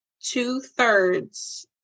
two-thirds